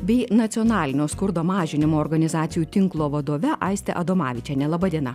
bei nacionalinio skurdo mažinimo organizacijų tinklo vadove aiste adomavičiene laba diena